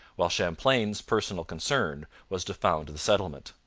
while champlain's personal concern was to found the settlement.